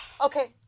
Okay